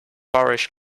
parish